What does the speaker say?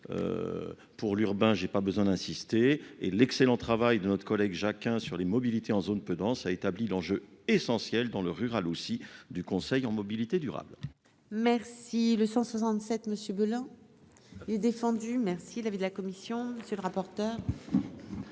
pour l'urbain, j'ai pas besoin d'insister et l'excellent travail de notre collègue Jacques hein sur les mobilités en zone peu dense a établi l'enjeu essentiel dans le rural aussi du conseil en mobilité durable. Merci le 167 Monsieur Béland et défendu merci l'avis de la commission, monsieur le rapporteur.